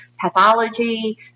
pathology